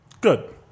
Good